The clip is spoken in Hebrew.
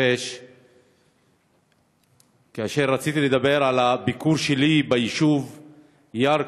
בחורפיש כאשר רציתי לדבר על הביקור שלי ביישוב ירכא.